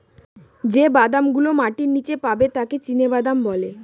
যে বাদাম গুলো মাটির নীচে পাবে তাকে চীনাবাদাম বলে